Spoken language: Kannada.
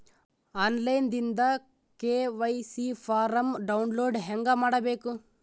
ಆನ್ ಲೈನ್ ದಿಂದ ಕೆ.ವೈ.ಸಿ ಫಾರಂ ಡೌನ್ಲೋಡ್ ಹೇಂಗ ಮಾಡಬೇಕು?